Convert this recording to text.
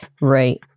Right